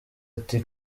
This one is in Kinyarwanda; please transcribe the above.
ati